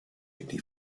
kidney